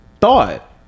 thought